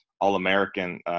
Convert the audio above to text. All-American